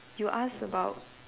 you ask about